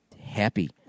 happy